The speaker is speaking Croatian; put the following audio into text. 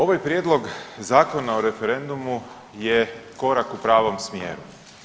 Ovaj Prijedlog Zakona o referendumu je korak u pravom smjeru.